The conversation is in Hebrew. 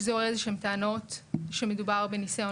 שזה יעורר איזה שהן טענות שמדובר בניסיון